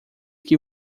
que